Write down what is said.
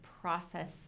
process